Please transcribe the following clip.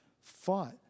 fought